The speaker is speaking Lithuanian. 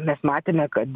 mes matėme kad